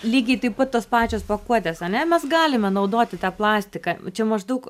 lygiai taip pat tos pačios pakuotės ane mes galime naudoti tą plastiką čia maždaug